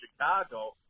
Chicago